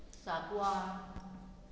Sancoale